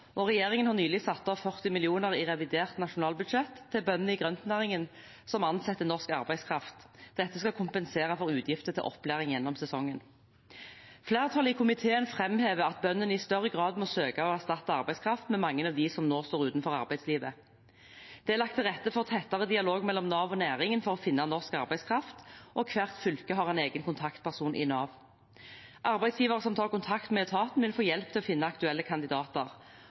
Regjeringen har nylig satt av 40 mill. kr i revidert nasjonalbudsjett til bøndene i grøntnæringen som ansetter norsk arbeidskraft. Dette skal kompensere for utgifter til opplæring gjennom sesongen. Flertallet i komiteen framhever at bøndene i større grad må søke å erstatte arbeidskraft med mange av dem som nå står utenfor arbeidslivet. Det er lagt til rette for tettere dialog mellom Nav og næringen for å finne norsk arbeidskraft, og hvert fylke har en egen kontaktperson i Nav. Arbeidsgivere som tar kontakt med etaten, vil få hjelp til å finne aktuelle kandidater.